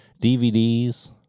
DVDs